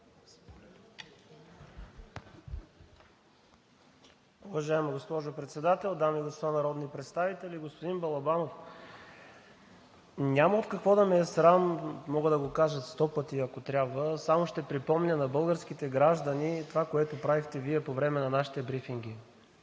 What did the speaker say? Уважаема госпожо Председател, дами и господа народни представители! Господин Балабанов, няма от какво да ме е срам – мога да го кажа 100 пъти, ако трябва. Само ще припомня на българските граждани това, което правихте Вие по време на нашите брифинги.